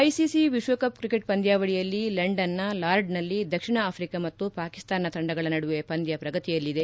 ICC world cup cricket ಪಂದ್ಯಾವಳಿಯಲ್ಲಿ ಲಂಡನ್ನ ಲಾರ್ಡ್ನಲ್ಲಿ ದಕ್ಷಿಣ ಆಫ್ರಿಕಾ ಮತ್ತು ಪಾಕಿಸ್ತಾನ ತಂಡಗಳ ನಡುವೆ ಪಂದ್ದ ಪ್ರಗತಿಯಲ್ಲಿದೆ